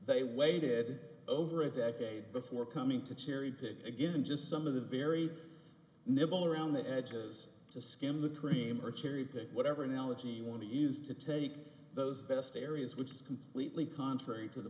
they waited over a decade before coming to cherry pick again just some of the very nibble around the edges to skim the cream or cherry pick whatever analogy you want to use to take those best areas which is completely contrary to the